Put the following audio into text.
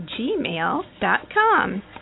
gmail.com